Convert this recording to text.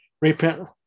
Repent